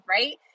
right